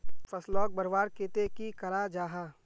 फसलोक बढ़वार केते की करा जाहा?